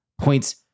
points